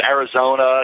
Arizona